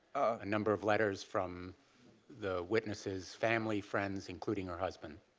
a number of letters from the witnesses family, friends, including her husband.